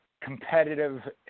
competitive